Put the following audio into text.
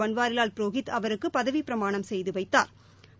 பள்வாரிவால் புரோஹித் அவருக்கு பதவிப் பிரமாணம் செய்து வைத்தாா்